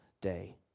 day